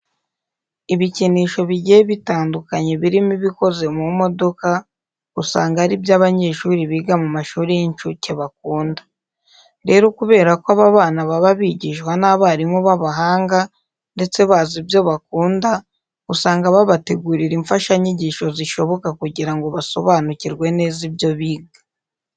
Ibikinisho bigiye bitandukanye birimo ibikoze mu modoka usanga ari byo abanyeshuri biga mu mashuri y'incuke bakunda. Rero kubera ko aba bana baba bigishwa n'abarimu b'abahanga ndetse bazi ibyo bakunda, usanga babategurira imfashanyigisho zishoboka kugira ngo basobanukirwe neza ibyo biga.